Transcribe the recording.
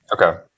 Okay